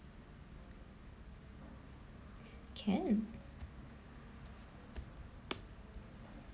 can